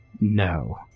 No